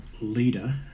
leader